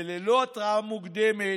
וללא התראה מוקדמת,